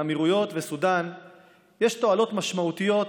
האמירויות וסודאן יש תועלות משמעותיות